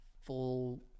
full